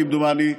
כמדומני,